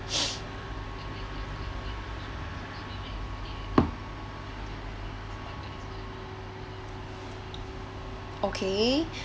okay